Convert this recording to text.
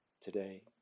today